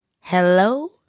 Hello